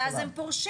ואז הם פורשים.